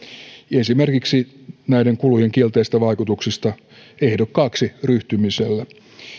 esimerkiksi näiden kulujen kielteisistä vaikutuksista ehdokkaaksi ryhtymiselle